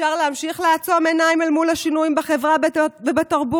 אפשר להמשיך לעצום עיניים אל מול השינויים בחברה ובתרבות,